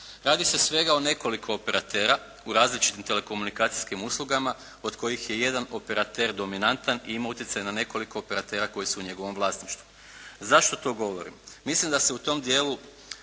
Radi se svega o nekoliko operatera u različitim telekomunikacijskim uslugama, od kojih je jedan operater dominantan i ima utjecaj na nekoliko operatera koji su u njegovom vlasništvu. Zašto to govorimo? Mislim da se u tom dijelu